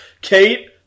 Kate